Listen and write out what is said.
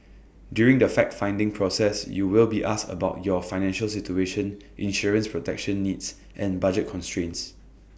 during the fact finding process you will be asked about your financial situation insurance protection needs and budget constraints